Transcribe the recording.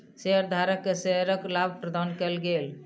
शेयरधारक के शेयरक लाभ प्रदान कयल गेल